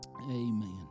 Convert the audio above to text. Amen